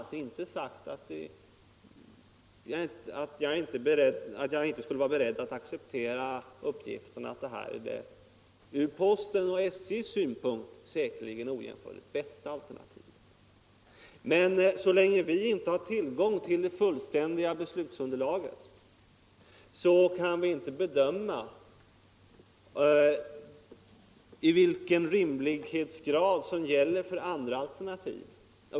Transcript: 29 Därmed är inte sagt att jag inte skulle vara beredd att acceptera uppgiften att detta är det ur postens och SJ:s synpunkt säkerligen ojämförligt bästa alternativet. Men så länge vi inte har tillgång till det fullständiga beslutsunderlaget kan vi inte bedöma vilken rimlighetsgrad som gäller för andra alternativ.